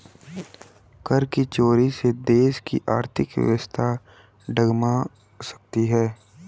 कर की चोरी से देश की आर्थिक व्यवस्था डगमगा सकती है